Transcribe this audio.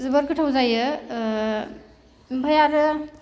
जोबोद गोथाव जायो ओ ओमफ्राय आरो